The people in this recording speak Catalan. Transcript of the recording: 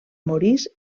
morís